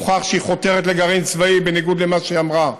שהיא חותרת לגרעין צבאי בניגוד למה שהיא אמרה,